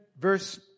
verse